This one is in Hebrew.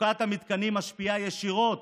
מצוקת המתקנים משפיעה ישירות